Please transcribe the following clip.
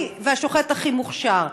גם אם זה יהיה הרב והשוחט הכי מוכשר.